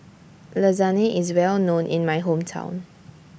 Lasagne IS Well known in My Hometown